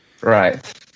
Right